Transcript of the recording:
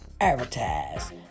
advertise